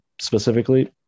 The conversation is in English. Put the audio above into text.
specifically